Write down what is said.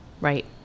Right